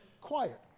quiet